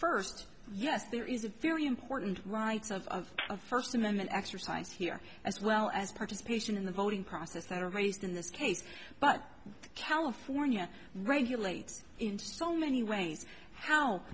first yes there is a very important rights of a first amendment exercise here as well as participation in the voting process that are used in this case but california regulates in so many ways how